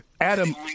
Adam